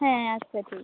ᱦᱮᱸ ᱟᱪᱪᱷᱟ ᱴᱷᱤᱠ ᱜᱮᱭᱟ